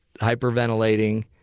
hyperventilating